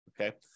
okay